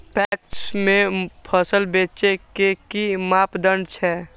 PACS में फसल बेचे के कि मापदंड छै?